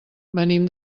venim